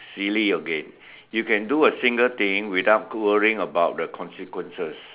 silly again you can do a single thing without worrying about the consequences